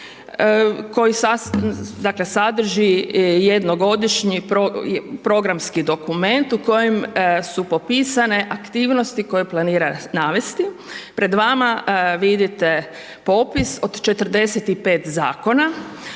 koji sadrži jednogodišnji programski dokument u kojem su popisane aktivnosti koje planira navesti, pred vama vidite popis od 45 zakona